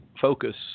focus